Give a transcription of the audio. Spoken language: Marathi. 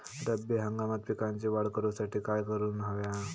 रब्बी हंगामात पिकांची वाढ करूसाठी काय करून हव्या?